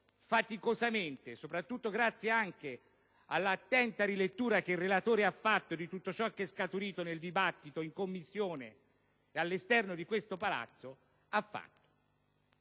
faticosamente, soprattutto grazie anche all'attenta rilettura che il relatore ha fatto di tutto ciò che è scaturito nel dibattito in Commissione e all'esterno di questo Palazzo.